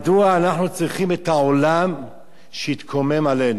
מדוע אנחנו צריכים את העולם שיתקומם עלינו?